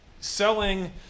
selling